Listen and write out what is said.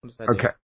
Okay